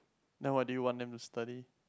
then what do you want them to study